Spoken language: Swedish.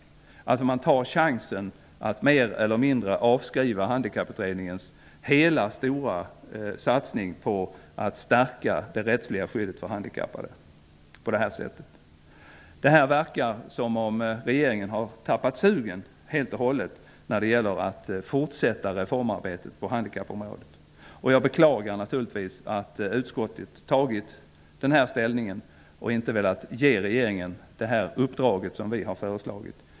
Man tar på detta sätt chansen att mer eller mindre avskriva Handikapputredningens stora satsning på att stärka det rättsliga skyddet för handikappade. Det verkar som om regeringen har tappat sugen helt och hållet när det gäller att fortsätta reformarbetet på handikappområdet. Jag beklagar naturligtvis att utskottsmajoriteten intagit denna ställning och inte velat ge regeringen det uppdrag vi socialdemokrater har föreslagit.